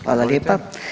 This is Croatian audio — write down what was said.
Hvala lijepa.